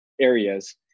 areas